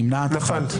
נפל.